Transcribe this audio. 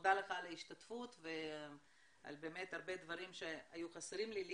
מודה לך על ההשתתפות והרבה דברים שהיו חסרים לי,